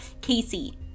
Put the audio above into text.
Casey